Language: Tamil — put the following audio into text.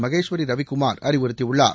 மகேஸ்வரி ரவிகுமார் அறிவுறுத்தியுள்ளார்